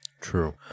True